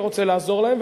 ורוצה לעזור להם,